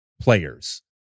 players